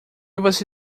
você